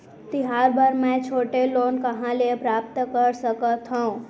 तिहार बर मै छोटे लोन कहाँ ले प्राप्त कर सकत हव?